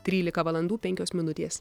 trylika valandų penkios minutės